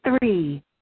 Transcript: three